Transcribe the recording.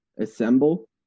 assemble